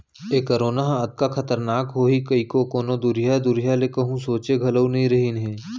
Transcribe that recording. ए corona ह अतका खतरनाक होही कइको कोनों दुरिहा दुरिहा ले कोहूँ सोंचे घलौ नइ रहिन हें